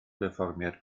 berfformiad